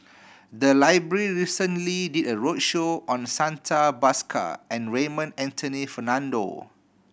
the library recently did a roadshow on Santha Bhaskar and Raymond Anthony Fernando